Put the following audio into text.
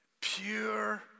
Pure